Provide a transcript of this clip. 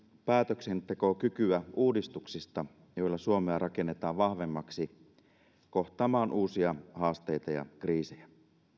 päätöksentekokykyä uudistuksista joilla suomea rakennetaan vahvemmaksi kohtaamaan uusia haasteita ja kriisejä